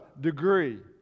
degree